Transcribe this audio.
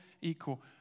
equal